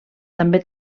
també